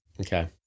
Okay